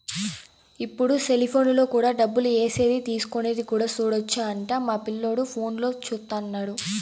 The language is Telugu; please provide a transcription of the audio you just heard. ఇప్పుడు సెలిపోనులో కూడా డబ్బులు ఏసేది తీసుకునేది కూడా సూడొచ్చు అంట మా పిల్లోడు ఫోనులో చూత్తన్నాడు